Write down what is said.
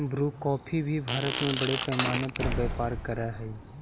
Bru coffee भी भारत में बड़े पैमाने पर व्यापार करअ हई